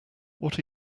what